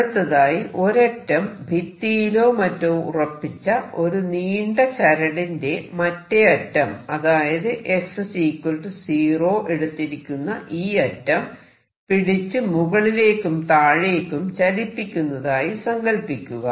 അടുത്തതായി ഒരറ്റം ഭിത്തിയിലോ മറ്റോ ഉറപ്പിച്ച ഒരു നീണ്ട ചരടിന്റെ മറ്റേ അറ്റം അതായത് x 0 എടുത്തിരിക്കുന്ന ഈ അറ്റം പിടിച്ച് മുകളിലേക്കും താഴേക്കും ചലിപ്പിക്കുന്നതായി സങ്കൽപ്പിക്കുക